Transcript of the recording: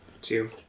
two